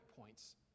points